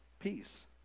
Peace